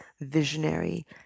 visionary